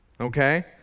Okay